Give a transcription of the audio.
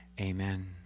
Amen